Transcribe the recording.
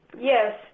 Yes